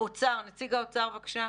נציג האוצר, בבקשה.